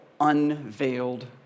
Unveiled